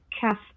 cast